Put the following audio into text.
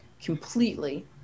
completely